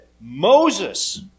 Moses